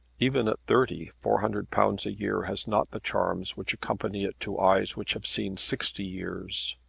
even at thirty four hundred pounds a year has not the charms which accompany it to eyes which have seen sixty years.